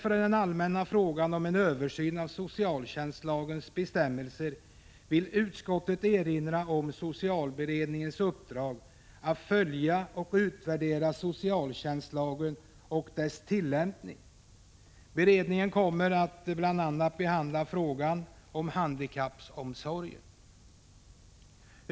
1985/86:112 bestämmelser vill utskottet erinra om socialberedningens uppdrag att följa och utvärdera socialtjänstlagen och dess tillämpning. Beredningen kommer bl.a. att behandla frågan om handikappomsorgen.